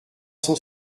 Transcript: cent